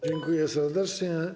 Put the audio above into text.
Dziękuję serdecznie.